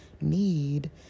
need